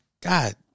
God